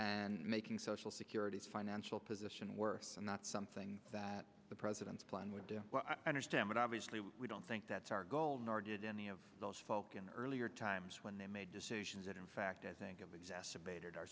and making social security financial position worse and not something that the president's plan would do well i understand but obviously we don't think that's our goal nor did any of those folk in earlier times when they made decisions that in fact as i think of exacerbated our